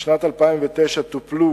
בשנת 2009 טופלו